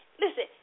Listen